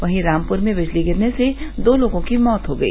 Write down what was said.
वहीं रामपुर में बिजली गिरने से दो लोगों की मौत हो गई